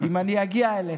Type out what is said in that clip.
אגיע אליך.